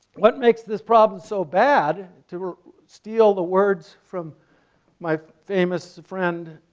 what makes this problem so bad, to steal the words from my famous friend,